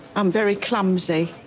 i'm very clumsy,